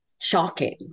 shocking